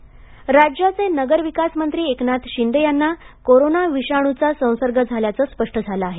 Shinde corona राज्याचे नगरविकास मंत्री एकनाथ शिंदे यांना कोरोना विषाणूचा संसर्ग झाल्याचं स्पष्ट झाल आहे